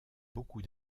beaucoup